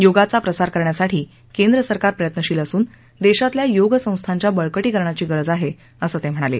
योगाचा प्रसार करण्यासाठी केंद्रसरकार प्रयत्नशील असून देशातल्या योग संस्थांच्या बळका किरणाची गरज आहे असं ते म्हणाले